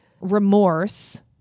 remorse